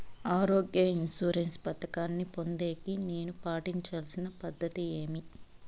ఆరోగ్య ఇన్సూరెన్సు పథకాన్ని పొందేకి నేను పాటించాల్సిన పద్ధతి ఏమి?